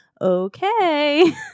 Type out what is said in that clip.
Okay